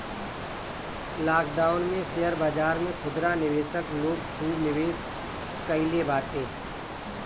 lockdown में share बाजार में खुदरा निवेशक लोग खूब निवेश कईले बाटे